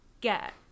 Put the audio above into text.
get